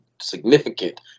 significant